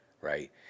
right